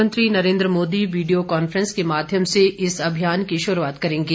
प्रधानमंत्री Narendra Modi video conference के माध्यम से इस अभियान की शुरूआत करेंगे